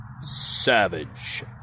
Savage